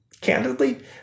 Candidly